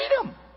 freedom